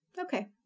Okay